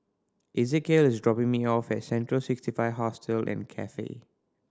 Ezekiel is dropping me off at Central Sixty Five Hostel and Cafe